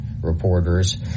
reporters